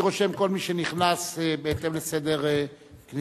אני רושם כל מי שנכנס בהתאם לסדר כניסתו.